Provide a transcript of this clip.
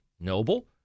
Noble